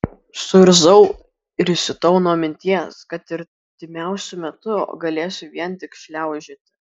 suirzau ir įsiutau nuo minties kad artimiausiu metu galėsiu vien tik šliaužioti